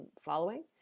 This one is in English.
following